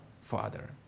Father